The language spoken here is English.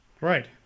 Right